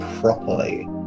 properly